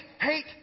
hate